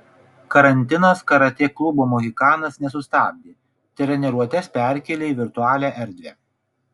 karantinas karatė klubo mohikanas nesustabdė treniruotes perkėlė į virtualią erdvę